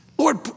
Lord